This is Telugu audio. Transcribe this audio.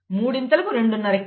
మూడింతల కు రెండున్నర ఎక్కువ